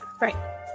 Right